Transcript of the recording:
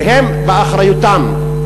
והם באחריותם,